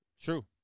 True